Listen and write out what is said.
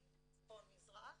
מצפון-מזרח.